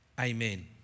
amen